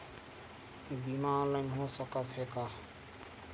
बीमा ऑनलाइन हो सकत हे का?